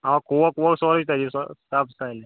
اوا کوک ووک سورُے تَتی سب سٲلِم